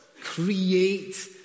Create